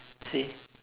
see